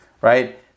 right